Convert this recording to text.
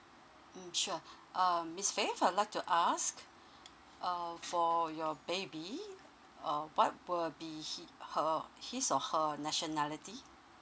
mm sure um miss faith I'd like to ask err for your baby uh what will be he her his or her nationality